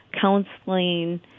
counseling